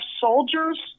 soldiers